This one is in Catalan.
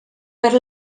per